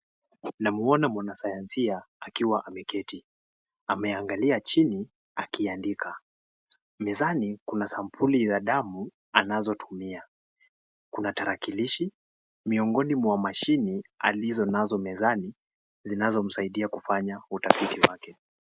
Namuona mwanasayansia akiwa ameketi. Ameangalia chini akiandika. Mezani kuna sampuli za damu anazotumia. Kuna tarakilishi miongoni mwa mashini alizonazo mezani zinazomsaidia kufanya utafiti wake.